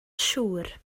siŵr